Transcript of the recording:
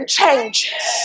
changes